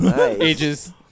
ages